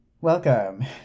Welcome